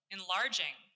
Enlarging